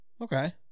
Okay